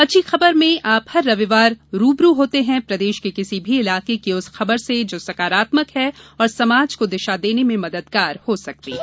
अच्छी खबर में आप हर रविवार रू ब रू होते हैं प्रदेश के किसी भी इलाके की उस खबर से जो सकारात्मक है और समाज को दिशा देने में मददगार हो सकती है